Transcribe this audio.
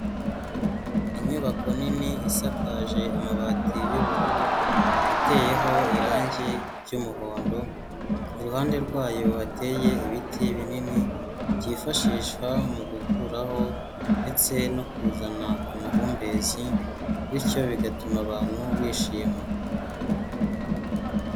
Inyubako nini isakaje amabati y'ubururu iteyeho irangi ry'umuhondo, iruhande rwayo hateye ibiti binini byifashishwa mu gukuraho ndetse no kuzana amahumbezi bityo bigatuma abantu bishima.